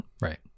right